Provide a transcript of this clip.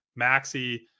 Maxi